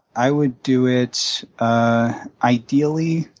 i would do it ideally,